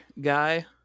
guy